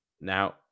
Now